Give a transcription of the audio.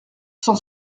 cent